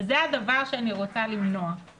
וזה הדבר שאני רוצה למנוע.